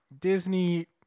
Disney